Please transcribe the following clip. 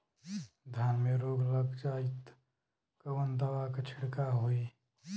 धान में रोग लग जाईत कवन दवा क छिड़काव होई?